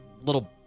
little